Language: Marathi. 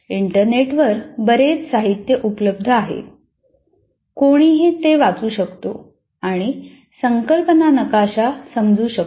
इंटरनेटवर बरेच साहित्य उपलब्ध आहे कोणीही ते वाचू शकतो आणि संकल्पना नकाशा समजू शकतो